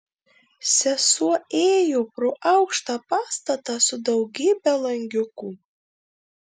sesuo ėjo pro aukštą pastatą su daugybe langiukų